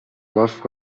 love